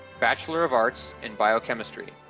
bachelor of arts in biochemistry.